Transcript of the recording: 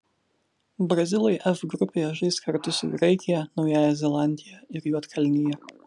brazilai f grupėje žais kartu su graikija naująja zelandija ir juodkalnija